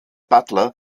butler